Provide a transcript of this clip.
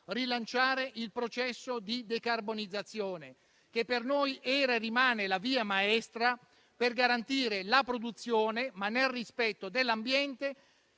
rilanciare il processo di decarbonizzazione, che per noi era e rimane la via maestra per garantire la produzione, ma nel rispetto dell'ambiente,